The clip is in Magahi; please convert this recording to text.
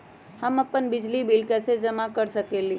हम अपन बिजली बिल कैसे जमा कर सकेली?